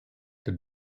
the